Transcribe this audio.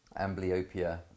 amblyopia